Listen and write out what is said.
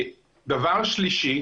דבר שלישי,